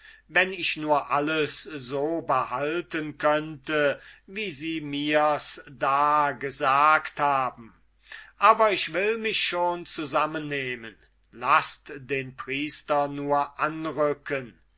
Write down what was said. wenn ich nur alles so behalten könnte wie sie mir's da gesagt haben aber ich will mich schon zusammennehmen laßt den priester nur anrücken